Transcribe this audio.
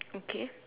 okay